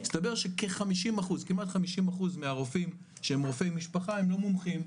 הסתבר שכמעט 50% מהרופאים שהם רופאי משפחה הם לא מומחים,